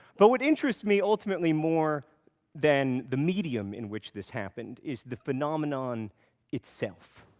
but what interests me ultimately more than the medium in which this happened is the phenomenon itself.